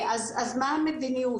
מה המדיניות,